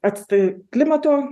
atstoj klimato